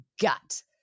gut